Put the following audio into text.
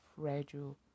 fragile